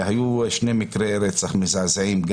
והיו שני מקרי רצח מזעזעים,